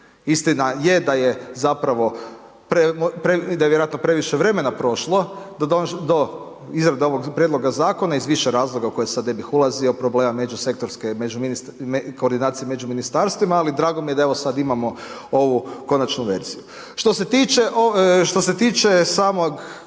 zapravo, da je vjerojatno previše vremena prošlo do izrade ovog prijedloga zakona iz više razloga u koje sad ne bih ulazio, problema međusektorske i koordinacije među ministarstvima. Ali drago mi je da evo sad imamo ovu konačnu verziju. Što se tiče samog